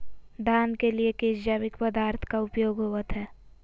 धान के लिए किस जैविक पदार्थ का उपयोग होवत है?